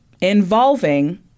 involving